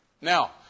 Now